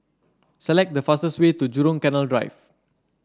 select the fastest way to Jurong Canal Drive